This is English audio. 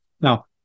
Now